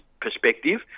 perspective